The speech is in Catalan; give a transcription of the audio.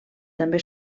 també